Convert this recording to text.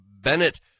Bennett